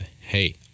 Hey